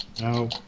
No